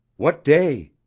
what day?